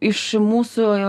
iš mūsų